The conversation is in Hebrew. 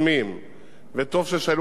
וטוב ששאלו כאן על מחלף תורן,